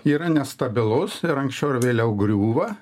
yra nestabilus ir anksčiau ar vėliau griūva